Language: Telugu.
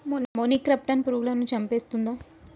మొనిక్రప్టస్ పురుగులను చంపేస్తుందా?